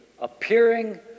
appearing